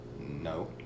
No